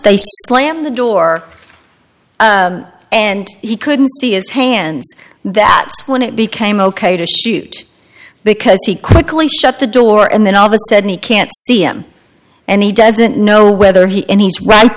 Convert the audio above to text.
they slammed the door and he couldn't see his hands that is when it became ok to shoot because he quickly shut the door and then all of a sudden he can't see him and he doesn't know whether he and he's right